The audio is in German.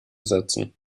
setzen